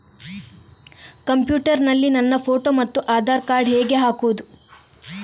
Computer ನಲ್ಲಿ ನನ್ನ photo ಮತ್ತು ಆಧಾರ್ ಕಾರ್ಡ್ ಹೇಗೆ ಹಾಕುವುದು?